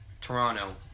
Toronto